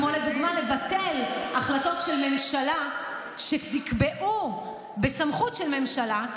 כמו למשל לבטל החלטות של ממשלה שנקבעו בסמכות של ממשלה,